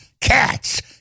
cats